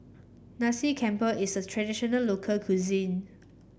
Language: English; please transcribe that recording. Nasi Campur is a traditional local cuisine